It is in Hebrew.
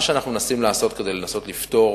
מה שאנחנו מנסים לעשות כדי לנסות לפתור